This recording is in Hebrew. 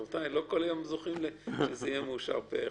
רבותיי, לא כל יום זוכים שיהיה מאושר פה אחד.